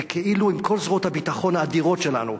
ועם כל זרועות הביטחון האדירות שלנו,